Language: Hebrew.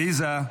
עליזה,